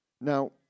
Now